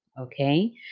okay